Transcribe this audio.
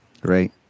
Great